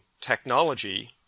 technology